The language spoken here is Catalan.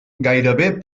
gairebé